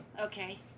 Okay